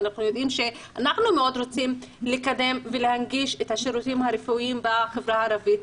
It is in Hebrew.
אנחנו מאוד רוצים לקדם ולהנגיש את השירותים הרפואיים בחברה הערבית,